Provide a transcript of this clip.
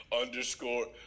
Underscore